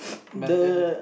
the